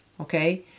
okay